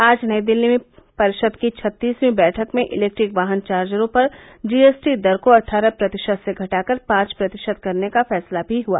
आज नई दिल्ली में परिषद की छत्तीसवीं बैठक में इलेक्ट्रिक वाहन चार्जरों पर जीएसटी दर को अट्ठारह प्रतिशत से घटाकर पांच प्रतिशत करने का फैसला भी हुआ